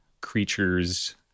creatures